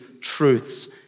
truths